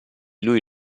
lui